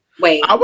wait